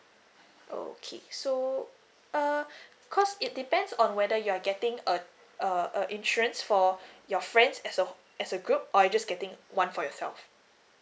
okay so uh cause it depends on whether you are getting err err err insurance for your friends as a wh~ as a group or you just getting one for yourself